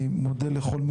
אני מודה לכל הנוכחים,